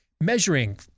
measuring